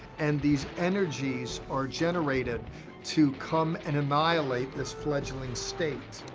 and these energies are generated to come and annihilate this fledgling state.